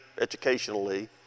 educationally